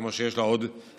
כמו שיש לו בעוד תוכניות,